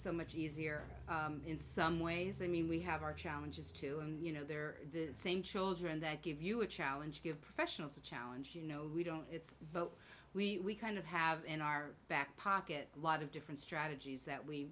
so much easier in some ways i mean we have our challenges too and you know they're the same children that give you a challenge give professionals a challenge you know we don't it's but we kind of have in our back pocket a lot of different strategies that we